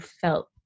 felt